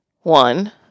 One